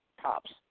Tops